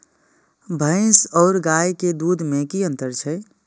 भैस और गाय के दूध में कि अंतर छै?